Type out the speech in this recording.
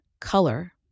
color